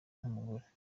nk’umugore